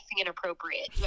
inappropriate